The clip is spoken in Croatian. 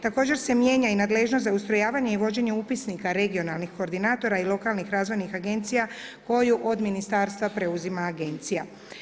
Također se mijenja nadležnost za ustrojavanje i vođenje upisnika regionalnih koordinatora i lokalnih razvojnih agencija, koja od ministarstva preuzima agencija.